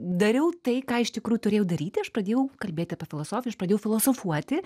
dariau tai ką iš tikrųjų turėjau daryti aš pradėjau kalbėti apie filosofiją aš pradėjau filosofuoti